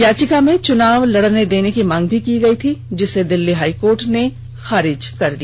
याचिका में चुनाव लड़ने देने की मांग भी की गयी थी जिसे दिल्ली हाईकोर्ट ने खारिज कर दिया